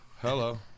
Hello